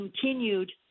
continued